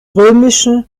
römischen